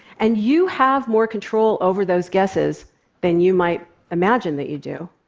and you have more control over those guesses than you might imagine that you do.